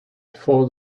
for